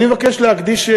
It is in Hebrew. אני מבקש להקדיש,